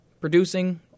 producing